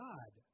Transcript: God